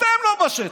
אתם לא בשטח.